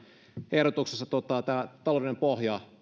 ehdotuksessa tämä taloudellinen pohja